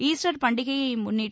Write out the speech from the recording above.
Easter பண்டிகையை முன்னிட்டு